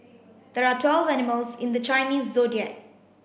there are twelve animals in the Chinese Zodiac